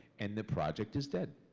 and the project is dead.